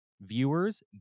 viewers